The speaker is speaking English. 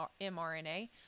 mRNA